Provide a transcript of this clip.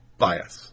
bias